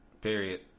period